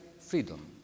freedom